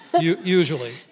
Usually